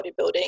bodybuilding